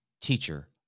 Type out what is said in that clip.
Teacher